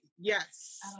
yes